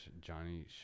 Johnny